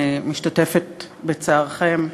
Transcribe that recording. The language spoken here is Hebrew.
אני משתתפת בצערכם,